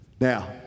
Now